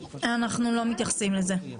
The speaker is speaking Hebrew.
אנחנו לא מתייחסים לזה.